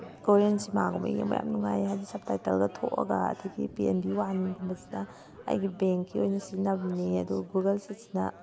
Korean ꯁꯤꯅꯦꯃꯥꯒꯨꯝꯕ ꯌꯦꯡꯕ ꯌꯥꯝ ꯅꯨꯡꯉꯥꯏꯌꯦ ꯍꯥꯏꯗꯤ ꯁꯞ ꯇꯥꯏꯇꯜꯒ ꯊꯣꯛꯑꯒ ꯑꯗꯒꯤ ꯄꯤ ꯑꯦꯟ ꯕꯤ ꯋꯥꯟꯒꯨꯝꯕꯁꯤꯅ ꯑꯩꯒꯤ ꯕꯦꯡꯒꯤ ꯑꯣꯏꯅ ꯁꯤꯖꯤꯟꯅꯕꯅꯦ ꯑꯗꯨꯒ ꯒꯨꯒꯜ ꯁꯤꯠꯁꯁꯤꯅ